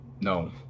No